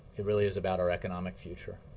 it really is about our economic future.